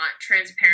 Transparent